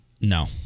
No